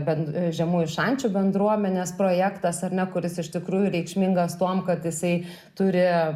bend žemųjų šančių bendruomenės projektas ar ne kuris iš tikrųjų reikšmingas tuom kad jisai turi